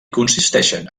consisteixen